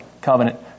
covenant